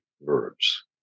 verbs